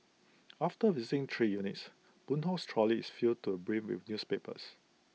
after visiting three units boon Hock's trolley is filled to brim with newspapers